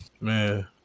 Man